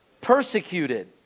Persecuted